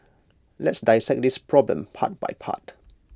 let's dissect this problem part by part